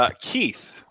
Keith